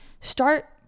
start